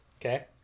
Okay